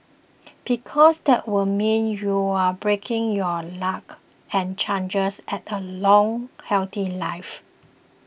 because that would mean you're breaking your luck and chances at a long healthy life